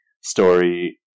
story